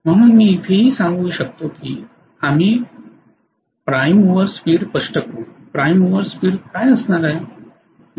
म्हणून मी इथेही सांगू शकतो की आम्ही प्राइम मूवर स्पीड स्पष्ट करू प्राइममूवर स्पीड काय असणारआहे